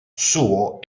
suo